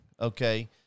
okay